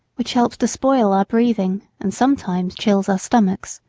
which helps to spoil our breathing and sometimes chills our stomachs.